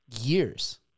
years